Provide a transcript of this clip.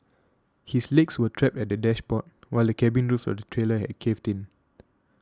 his legs were trapped at the dashboard while the cabin roof of the trailer had caved in